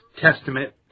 Testament